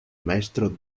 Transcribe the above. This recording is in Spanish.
maestro